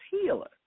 healer